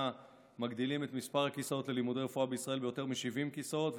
אנו מגדילים את מספר הכיסאות ללימודי רפואה בישראל ביותר מ-70 כיסאות,